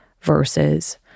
versus